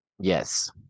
Yes